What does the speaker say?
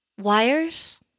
Wires